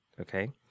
Okay